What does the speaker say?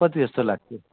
कति जस्तो लाग्थ्यो